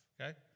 okay